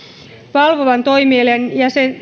valvovan toimielimen